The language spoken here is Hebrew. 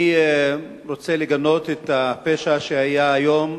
אני רוצה לגנות את הפשע שהיה היום,